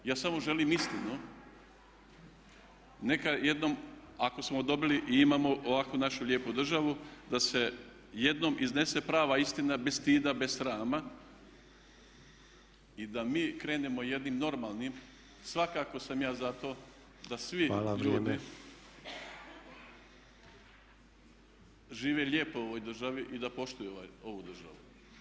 Ja samo želim istinu, neka jednom ako smo dobili i imamo ovakvu našu lijepu državu da se jednom iznese prava istina bez stida, bez srama i da mi krenemo jednim normalnim, svakako sam ja za to da svi ljudi žive lijepo u ovoj državi i da poštuju ovu državu.